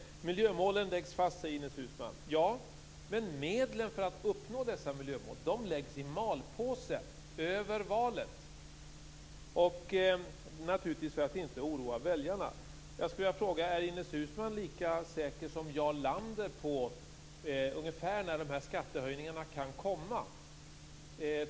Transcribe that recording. Ines Uusmann säger att miljömålen läggs fast, men medlen för att uppnå dessa miljömål läggs i malpåse över valet. Det sker naturligtvis för att inte oroa väljarna. Jag skulle vilja fråga: Är Ines Uusmann lika säker som Jarl Lander på när de här skattehöjningarna ungefär kan komma?